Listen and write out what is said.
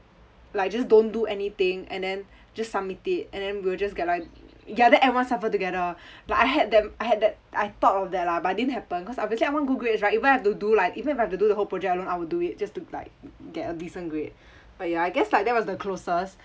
like just don't do anything and then just submit it and then we'll just get like ya then everyone suffer together like I had that I had that I thought of that lah but it didn't happen cause obviously I want good grades right I even had to do like even if I had to do the whole project alone I would do it just to like g~ get a decent grade but ya I guess like that was the closest